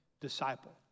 disciple